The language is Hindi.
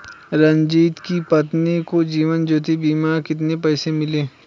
रंजित की पत्नी को जीवन ज्योति बीमा के कितने पैसे मिले?